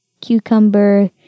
cucumber